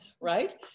right